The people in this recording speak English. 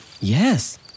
Yes